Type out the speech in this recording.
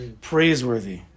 Praiseworthy